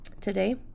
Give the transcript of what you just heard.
Today